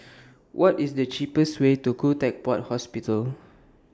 What IS The cheapest Way to Khoo Teck Puat Hospital